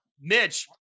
Mitch